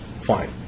Fine